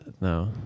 no